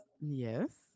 Yes